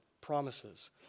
promises